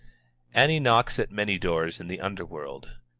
ani knocks at many doors in the underworld.